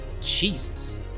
Jesus